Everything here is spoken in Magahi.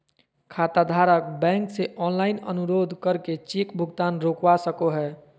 खाताधारक बैंक से ऑनलाइन अनुरोध करके चेक भुगतान रोकवा सको हय